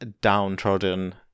downtrodden